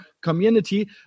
community